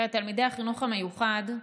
לתלמידי החינוך המיוחד,